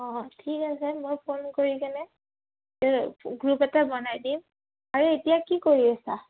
অঁ ঠিক আছে মই ফোন কৰি কেনে গ্ৰুপ এটা বনাই দিম আৰু এতিয়া কি কৰি আছা